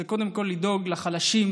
זה קודם כול לדאוג לחלשים,